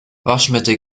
waschmittel